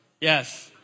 Yes